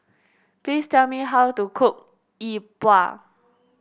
please tell me how to cook Yi Bua